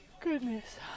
goodness